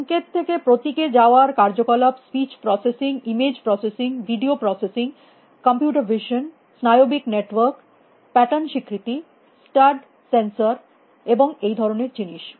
সংকেত থেকে প্রতীকে যাওয়ার কার্যকলাপ speech processing image processing video processing computer vision স্নায়বিক নেটওয়ার্ক প্যাটার্ন স্বীকৃতি স্টাড সেন্সর এবং এই ধরনের জিনিস